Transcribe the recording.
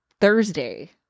Thursday